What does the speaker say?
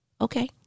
okay